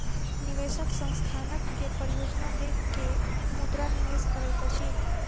निवेशक संस्थानक के परियोजना देख के मुद्रा निवेश करैत अछि